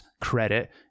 credit